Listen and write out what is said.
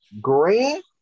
Green